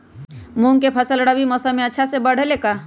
मूंग के फसल रबी मौसम में अच्छा से बढ़ ले का?